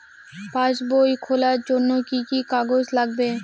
পাসবই খোলার জন্য কি কি কাগজ লাগবে?